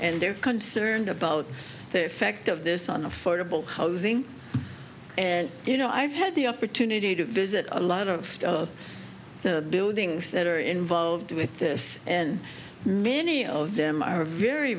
and they're concerned about their effect of this on a football housing and you know i've had the opportunity to visit a lot of the buildings that are involved with this and many of them are very